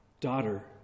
Daughter